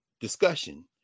discussion